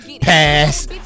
pass